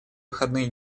выходные